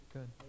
Good